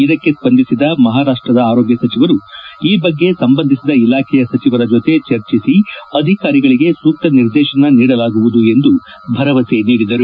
ಇದಕ್ಕೆ ಸ್ಪಂದಿಸಿದ ಮಹಾರಾಷ್ಟ್ರದ ಆರೋಗ್ಯ ಸಚಿವರು ಈ ಬಗ್ಗೆ ಸಂಬಂಧಿಸಿದ ಇಲಾಖೆಯ ಸಚಿವರ ಜತೆ ಚರ್ಚಿಸಿ ಅಧಿಕಾರಿಗಳಿಗೆ ಸೂಕ್ತ ನಿರ್ದೇಶನ ನೀಡಲಾಗುವುದು ಎಂದು ಭರವಸೆ ನೀಡಿದರು